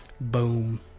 Boom